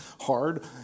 hard